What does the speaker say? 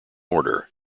order